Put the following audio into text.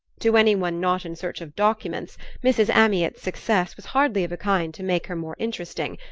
to any one not in search of documents mrs. amyot's success was hardly of a kind to make her more interesting,